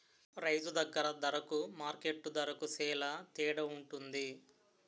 రైతు దగ్గర దరకు మార్కెట్టు దరకు సేల తేడవుంటది